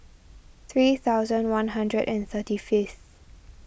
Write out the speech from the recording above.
three thousand one hundred and thirty fifth